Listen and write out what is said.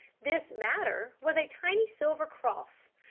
this matter was a tiny silver cross,